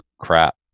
crap